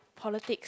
politics